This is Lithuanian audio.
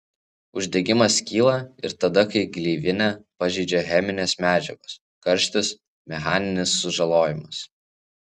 uždegimas kyla ir tada kai gleivinę pažeidžia cheminės medžiagos karštis mechaninis sužalojimas